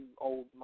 old